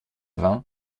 vingt